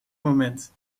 moment